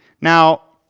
now,